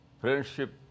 friendship